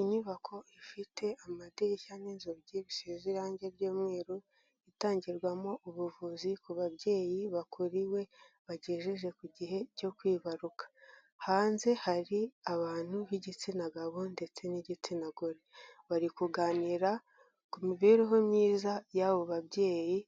Inyubako ifite amadirishya n'inzugi bisize irangi ry'umweru, itangirwamo ubuvuzi ku babyeyi bakuriwe, bagejeje ku gihe cyo kwibaruka, hanze hari abantu b'igitsina gabo ndetse n'igitsina gore, bari kuganira ku mibereho myiza y'abo babyeyi